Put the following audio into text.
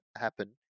happen